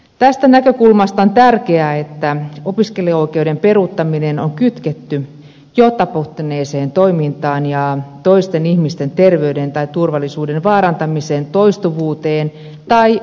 tästä näkökulmasta on tärkeää että opiskeluoikeuden peruuttaminen on kytketty jo tapahtuneeseen toimintaan ja toisten ihmisten terveyden tai turvallisuuden vaarantamisen toistuvuuteen tai vakavuuteen